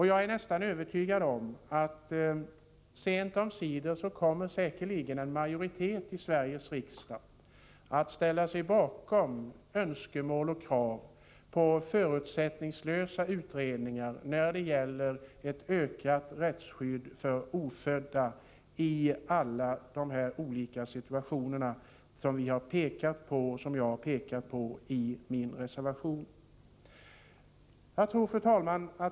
Jag är nästan övertygad om att en majoritet i Sveriges riksdag sent omsider kommer att ställa sig bakom krav på förutsättningslösa utredningar om ett ökat rättsskydd för ofödda, i alla de olika situationer som jag har pekat på i min reservation. Fru talman!